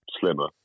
slimmer